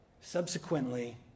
subsequently